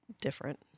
different